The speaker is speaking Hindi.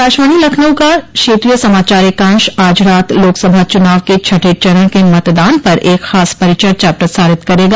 आकाशवाणी लखनऊ का क्षेत्रीय समाचार एकांश आज रात लोकसभा चुनाव के छठें चरण के मतदान पर एक खास परिचर्चा प्रसारित करेगा